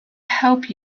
help